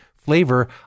flavor